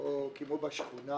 או כמו בשכונה